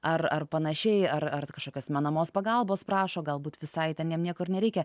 ar ar panašiai ar ar tai kažkokios menamos pagalbos prašo galbūt visai ten jam nieko ir nereikia